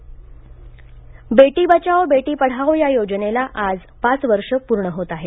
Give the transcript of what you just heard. बेटी बचाव बेटी बचाओ बेटी पढाओ या योजनेला आज पाच वर्षे पूर्ण होत आहेत